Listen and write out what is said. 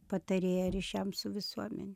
patarėja ryšiams su visuomene